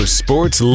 sports